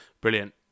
Brilliant